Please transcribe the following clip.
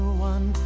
one